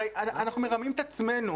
הרי אנחנו מרמים את עצמנו,